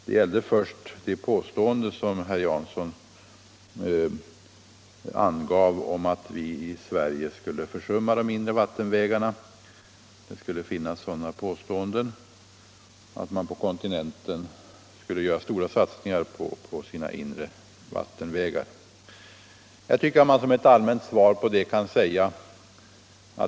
Herr Jansson sade att det från olika håll görs gällande att vi i Sverige skulle försumma de inre vattenvägarna, medan man däremot på kontinenten gjorde stora satsningar på dessa.